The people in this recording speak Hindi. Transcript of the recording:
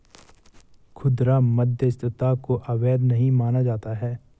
खुदरा मध्यस्थता को अवैध नहीं माना जाता है